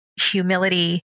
humility